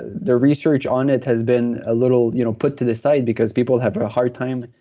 the research on it has been a little you know put to the side because people have a hard time,